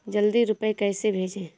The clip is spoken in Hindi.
जल्दी रूपए कैसे भेजें?